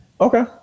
Okay